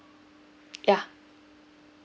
yeah